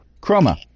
Chroma